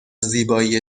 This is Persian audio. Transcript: زیبایی